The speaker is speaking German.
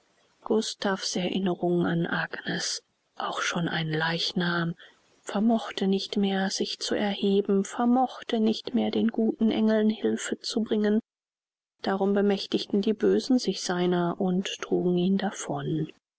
gustav's erinnerung an agnes auch schon ein leichnam vermochte nicht mehr sich zu erheben vermochte nicht mehr den guten engeln hilfe zu bringen darum bemächtigten die bösen sich seiner und trugen ihn davon